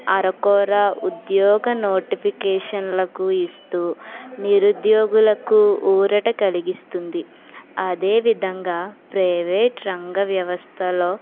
అరకొరా ఉద్యోగ నోటిఫికేషన్లకు ఇస్తూ నిరుద్యోగులకు ఊరట కలిగిస్తుంది అదేవిధంగా ప్రైవేట్ రంగ వ్యవస్థలో